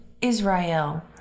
Israel